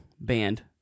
band